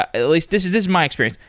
at least this is is my experience.